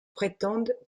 prétendent